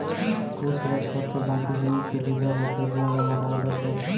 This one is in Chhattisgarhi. कुछ ल छोरके बाकी जिनिस के बीजा होथे जेन ल लगाए बर परथे